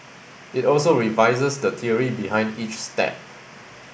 it also revises the theory behind each step